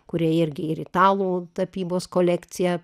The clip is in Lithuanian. kurie irgi ir italų tapybos kolekciją